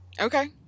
Okay